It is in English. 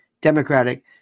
democratic